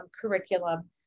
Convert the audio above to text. curriculum